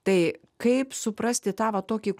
tai kaip suprasti tą va tokį